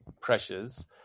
pressures